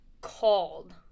called